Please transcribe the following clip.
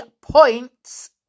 points